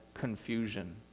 confusion